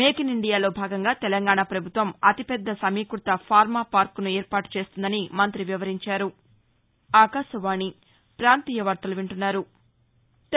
make in ఇండియాలో భాగంగా తెలంగాణ పభుత్వం అతిపెద్ద సమీకృత ఫార్మాపార్క్సు ఏర్పాటు చేస్తుందని మం్తి వివరించారు